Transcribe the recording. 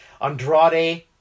Andrade